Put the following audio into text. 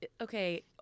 okay